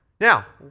now,